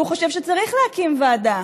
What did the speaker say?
שהוא חושב שצריך להקים ועדה,